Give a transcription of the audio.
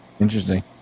Interesting